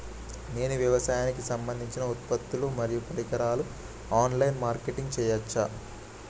నేను వ్యవసాయానికి సంబంధించిన ఉత్పత్తులు మరియు పరికరాలు ఆన్ లైన్ మార్కెటింగ్ చేయచ్చా?